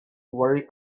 worry